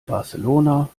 barcelona